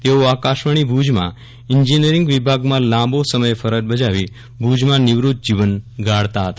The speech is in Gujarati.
તેઓ આકાશવાણી ભુજમાં ઈન્જીનીયરીંગ વિભાગમાં લાંબો સમય ફરજ બજાવી ભુજમાં નિવૃત જીવન ગાળતા હતા